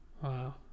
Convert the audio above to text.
Wow